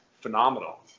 phenomenal